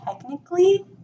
technically